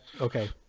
okay